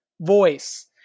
voice